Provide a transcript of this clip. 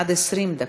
עד 20 דקות.